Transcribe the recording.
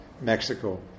Mexico